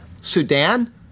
Sudan